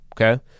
okay